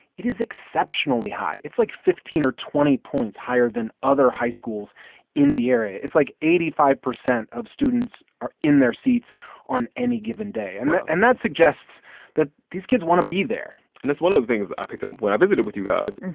it is exceptionally high. it's like fifteen or twenty points higher than other high schools in the area. it's like eighty five percent of students are in their seats on any given day wow and and that suggests that these kids want to be there and that's one of the things i picked up when i visited with you guys.